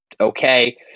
okay